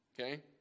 okay